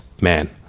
man